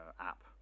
app